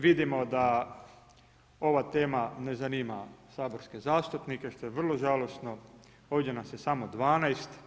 Vidimo da ova tema ne zanima saborske zastupnike što je vrlo žalosno, ovdje nas je samo 12.